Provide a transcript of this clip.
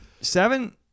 Seven